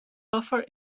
buffer